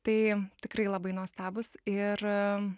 tai tikrai labai nuostabūs ir